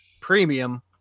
premium